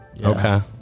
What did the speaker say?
Okay